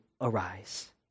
arise